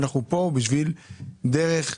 אנחנו פה בשביל דרך,